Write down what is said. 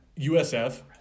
USF